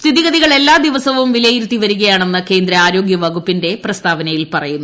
സ്ഥിതിഗതികൾ എല്ലാ ദിവസവും വിലയിരുത്തി വരികയാണെന്ന് ആരോഗ്യവകുപ്പിന്റെ കേന്ദ്ര പ്രസ്താവനയിൽ പറയുന്നു